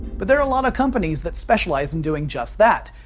but there are a lot of companies that specialize in doing just that,